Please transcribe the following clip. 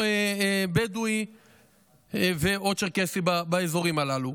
בדואי או צ'רקסי באזורים הללו.